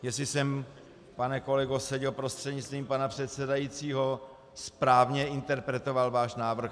Jestli jsem, pane kolego Seďo prostřednictvím pana předsedajícího, správně interpretoval náš návrh?